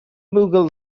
mughal